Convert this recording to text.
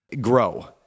grow